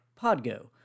Podgo